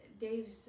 Dave's